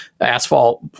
asphalt